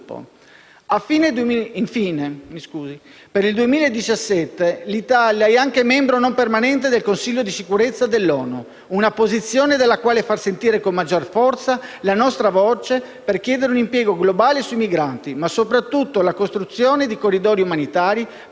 infine, che per il 2017 l'Italia è anche membro non permanente del Consiglio di sicurezza dell'ONU, una posizione dalla quale far sentire con maggior forza la nostra voce per chiedere un impegno globale sui migranti, ma soprattutto la costruzione di corridoi umanitari per